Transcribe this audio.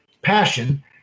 passion